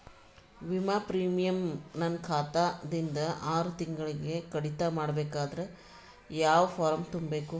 ವಿಮಾ ಪ್ರೀಮಿಯಂ ನನ್ನ ಖಾತಾ ದಿಂದ ಆರು ತಿಂಗಳಗೆ ಕಡಿತ ಮಾಡಬೇಕಾದರೆ ಯಾವ ಫಾರಂ ತುಂಬಬೇಕು?